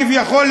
כביכול,